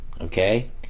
Okay